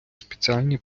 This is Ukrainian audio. спеціальні